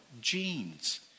genes